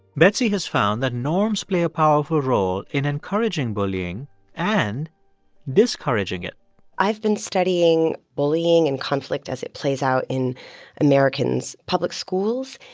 betsy has found that norms play a powerful role in encouraging bullying and discouraging it i've been studying bullying and conflict as it plays out in americans' public schools.